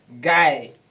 Guy